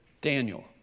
Daniel